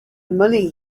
money